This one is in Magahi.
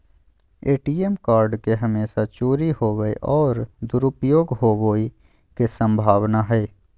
ए.टी.एम कार्ड के हमेशा चोरी होवय और दुरुपयोग होवेय के संभावना हइ